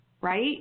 right